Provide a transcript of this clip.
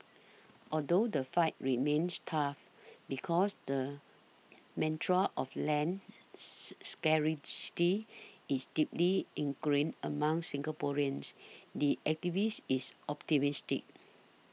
although the fight remains tough because the mantra of land scarcity is deeply ingrained among Singaporeans the activist is optimistic